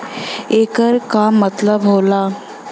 येकर का मतलब होला?